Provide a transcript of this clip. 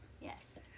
Yes